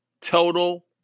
total